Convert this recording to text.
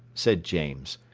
said james,